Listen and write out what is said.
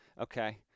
Okay